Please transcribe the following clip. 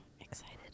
excited